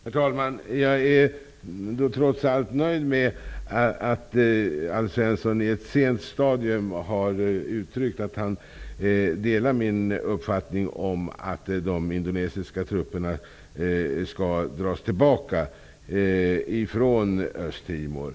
Herr talman! Jag är trots allt nöjd med att Alf Svensson i ett sent stadium har uttryckt att han delar min uppfattning om att de indonesiska trupperna skall dras tillbaka från Östtimor.